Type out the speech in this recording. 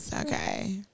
Okay